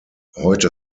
heute